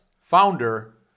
founder